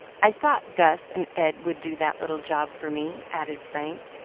i thought gus and ed would do that little job for me, added frank,